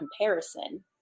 comparison